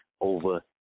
over